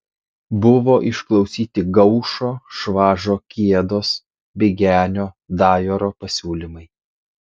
buvo išklausyti gaušo švažo kiedos bigenio dajoro pasiūlymai